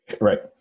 Right